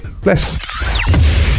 bless